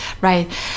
right